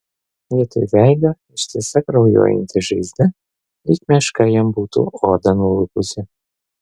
vietoj veido ištisa kraujuojanti žaizda lyg meška jam būtų odą nulupusi